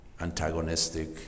antagonistic